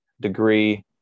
degree